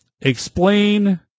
Explain